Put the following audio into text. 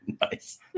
Nice